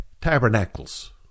Tabernacles